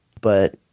But-